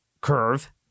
curve